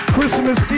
Christmas